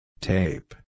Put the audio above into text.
Tape